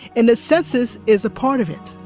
and the census is a part of it